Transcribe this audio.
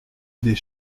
des